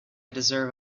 deserve